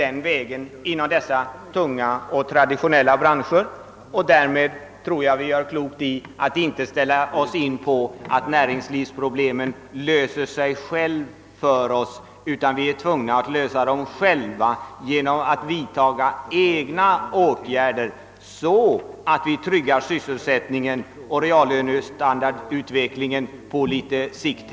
Den vägen tror jag vi gör klokt i att inte vara inställda på, beträffande dessa tunga och traditionella branscher, och inte heller att näringslivsproblemen kommer att lösa sig av sig själva åt oss. Vi blir tvungna att lösa dem genom att vidta egna åtgärder, så att vi tryggar sysselsättningen, reallönens utveckling på längre sikt.